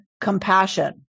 compassion